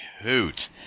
hoot